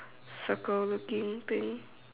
circle looking thing